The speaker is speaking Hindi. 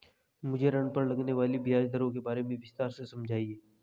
मुझे ऋण पर लगने वाली ब्याज दरों के बारे में विस्तार से समझाएं